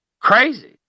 crazy